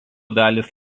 dalys